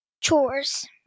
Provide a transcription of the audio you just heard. Chores